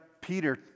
Peter